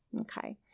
Okay